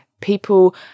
people